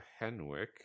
Henwick